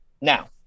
Now